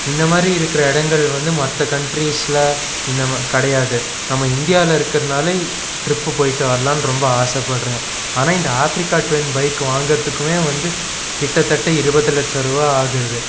இந்த மாதிரி இருக்கிற இடங்கள் வந்து மற்ற கண்ட்ரீஸில் இந்தமா கிடையாது நம்ம இந்தியாவில் இருக்கிறனால் ட்ரிப்பு போயிட்டு வரலான்னு ரொம்ப ஆசைப்படுறேன் ஆனால் இந்த ஆஃப்ரிக்கா டுவின் பைக் வாங்கிறதுக்குமே வந்து கிட்டத்தட்ட இருபது லட்சரூபா ஆகுது